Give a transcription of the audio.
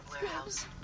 Warehouse